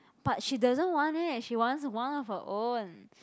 but she doesn't want it she wants one of her own